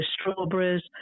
strawberries